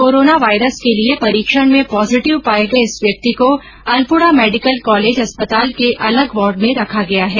corona virus के लिए परीक्षण में पॉजिटिव पाए गए इस व्यक्ति को अल्पुड़ा मेडिकल कॉलेज अस्पताल के अलग वार्ड में रखा गया है